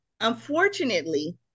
Unfortunately